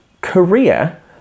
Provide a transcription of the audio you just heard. Korea